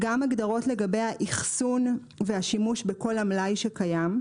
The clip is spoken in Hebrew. גם הגדרות לגבי האחסון והשימוש בכל המלאי שקיים,